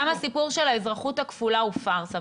גם הסיפור של האזרחות הכפולה הוא פרסה,